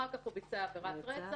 אחר כך הוא ביצע עבירת רצח,